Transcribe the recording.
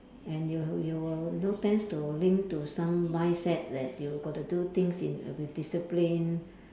and you you will know tends to link to some mindset that you got to do things in with discipline